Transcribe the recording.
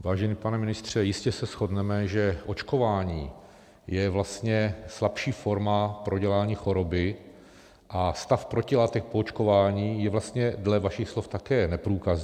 Vážený pane ministře, jistě se shodneme, že očkování je vlastně slabší forma prodělání choroby a stav protilátek po očkování je vlastně dle vašich slov také neprůkazný.